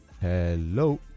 Hello